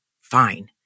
fine